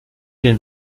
den